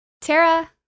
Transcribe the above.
Tara